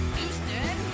Houston